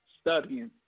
studying